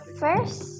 first